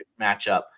matchup